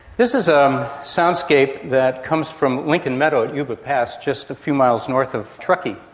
this is a soundscape that comes from lincoln meadow at yuba pass just a few miles north of truckee.